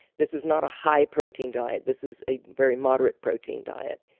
this is not a high protein diet. this is a very moderate protein diet.